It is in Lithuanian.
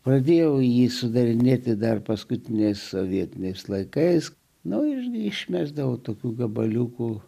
pradėjau jį sudarinėti dar paskutiniais sovietiniais laikais naujus išmesdavau tokių gabaliukų